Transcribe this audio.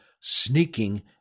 sneaking